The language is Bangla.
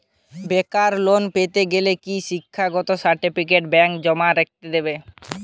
বেকার লোন পেতে গেলে কি শিক্ষাগত সার্টিফিকেট ব্যাঙ্ক জমা রেখে দেবে?